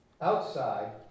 outside